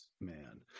man